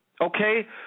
Okay